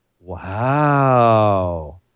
Wow